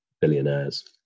billionaires